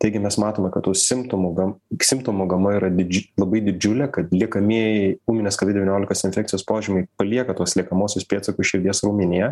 taigi mes matome kad tų simptomų gam simptomų gama yra didž labai didžiulė kad liekamieji ūminės kovid devyniolikos infekcijos požymiai palieka tuos liekamuosius pėdsakus širdies raumenyje